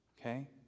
Okay